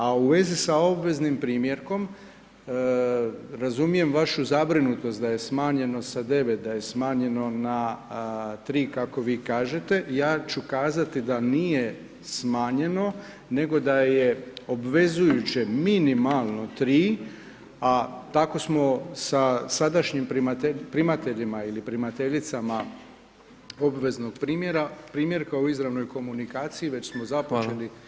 A u vezi s obveznim primjerkom, razumijem vašu zabrinutost da je smanjeno sa 9, da je smanjeno na 3 kako vi kažete, ja ću kazati da nije smanjeno, nego da je obvezujuće minimalno 3, a tako samo sa sadašnjijim primateljima ili primateljicama obveznog primjerka u izravnoj komunikaciji, već smo započeli.